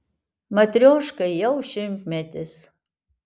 matrioškai jau šimtmetis